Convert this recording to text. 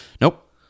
Nope